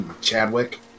Chadwick